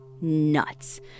nuts